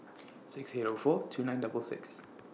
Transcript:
six Zero four two nine double six